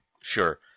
Sure